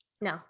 No